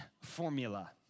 formula